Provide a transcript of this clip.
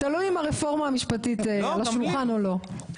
תלוי אם הרפורמה המשפטית על השולחן או לא,